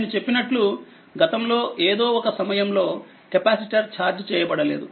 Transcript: నేను చెప్పినట్లు గతంలో ఏదో ఒక సమయంలోకెపాసిటర్ ఛార్జ్ చేయబడలేదు